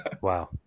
wow